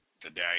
today